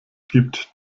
gibt